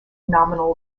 nominal